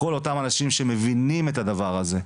כל אותם אנשים שמבינים את הדבר הזה,